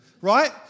Right